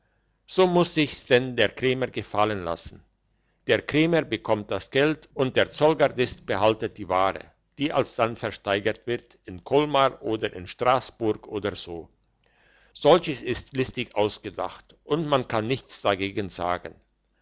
so muss sich's dann der krämer gefallen lassen der krämer bekommt das geld und der zollgardist behaltet die ware die alsdann versteigert wird in kolmar oder in strassburg oder so solches ist listig ausgedacht und man kann nichts dagegen sagen